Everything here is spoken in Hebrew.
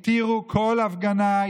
התירו כל הפגנה,